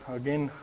again